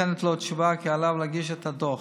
ניתנת לו תשובה כי עליו להגיש את הדוח.